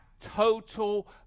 total